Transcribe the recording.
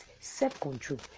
Self-control